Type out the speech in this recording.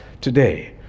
today